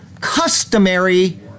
customary